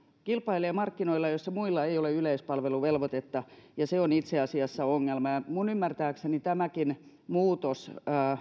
kilpailija markkinoilla joilla muilla ei ole yleispalveluvelvoitetta ja se on itse asiassa ongelma minun ymmärtääkseni tämäkin muutos